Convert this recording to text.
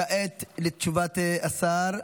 כעת לתשובת השר.